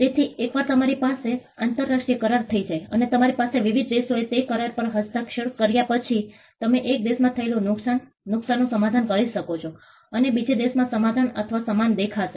તેથી એકવાર તમારી સાથે આંતરરાષ્ટ્રીય કરાર થઈ જાય અને તમારી પાસે વિવિધ દેશોએ તે કરાર પર હસ્તાક્ષર કર્યા પછી તમે એક દેશમાં થયેલા નુકસાન નુકસાનનુ સમાધાન કરી શકો છો અને બીજો દેશ સમાન અથવા સમાન દેખાશે